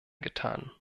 getan